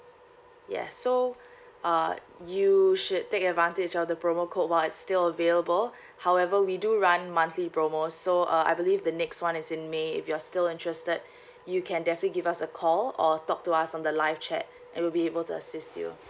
ya so uh you should take advantage of the promo code while it's still available however we do run monthly promo so uh I believe the next one is in may if you're still interested you can definitely give us a call or talk to us on the live chat and we'll be able to assist you